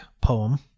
poem